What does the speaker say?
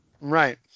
Right